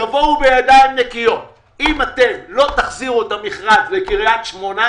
תבואו בידיים נקיות - אם אתם לא תחזירו את המכרז לקריית שמונה,